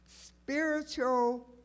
spiritual